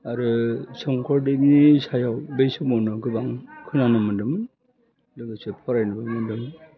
आरो संकरदेबनि सायाव बै समावनो गोबां खोनानो मोन्दों लोगोसे फरायनोबो मोन्दोंमोन